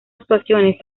actuaciones